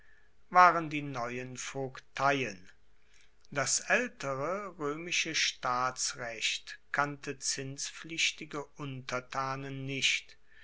waren die neuen vogteien das aeltere roemische staatsrecht kannte zinspflichtige untertanen nicht